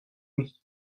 nuit